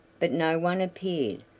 but no one appeared,